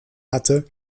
hatte